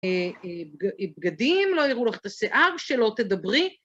בגדים, לא יראו לך את השיער, שלא תדברי.